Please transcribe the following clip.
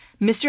Mr